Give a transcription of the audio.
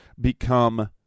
become